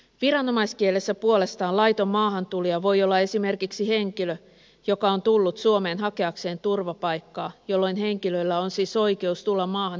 viranomaiskielessä puolestaan laiton maahantulija voi olla esimerkiksi henkilö joka on tullut suomeen hakeakseen turvapaikkaa jolloin henkilöllä on siis oikeus tulla maahan ilman matkustusasiakirjoja